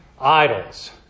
idols